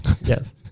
Yes